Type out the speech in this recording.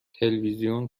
تلویزیون